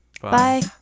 Bye